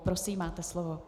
Prosím, máte slovo.